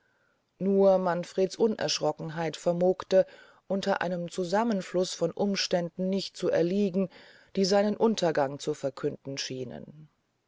nur manfreds unerschrockenheit vermogte unter einem zusammenfluß von umständen nicht zu erliegen die seinen untergang zu verkündigen schienen